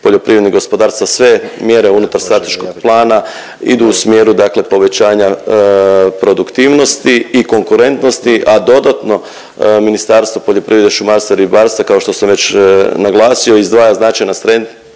poljoprivrednih gospodarstva, sve mjere unutar strateškog plana idu u smjeru dakle povećanja produktivnosti i konkurentnosti, a dodatno, Ministarstvo poljoprivrede, šumarstva i ribarstva kao što sam već naglasio, izdvaja značajna sredstva